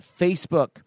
Facebook